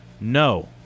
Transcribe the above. No